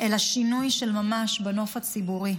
אלא שינוי של ממש בנוף הציבורי,